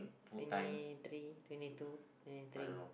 finish three finish two finish three